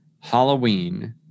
Halloween